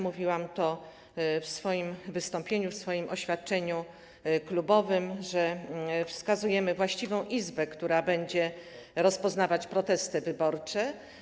Mówiłam to w swoim wystąpieniu, w swoim oświadczeniu klubowym, że wskazujemy właściwą izbę, która będzie rozpoznawać protesty wyborcze.